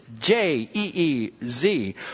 J-E-E-Z